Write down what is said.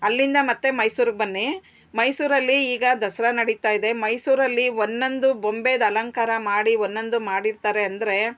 ಅಲ್ಲಿಂದ ಮತ್ತು ಮೈಸೂರಿಗ್ ಬನ್ನಿ ಮೈಸೂರಲ್ಲಿ ಈಗ ದಸರಾ ನಡಿತಾಯಿದೆ ಮೈಸೂರಲ್ಲಿ ಒನ್ನೊಂದು ಬೊಂಬೆದು ಅಲಂಕಾರ ಮಾಡಿ ಒನ್ನೊಂದು ಮಾಡಿರ್ತಾರೆ ಅಂದರೆ